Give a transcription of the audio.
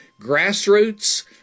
Grassroots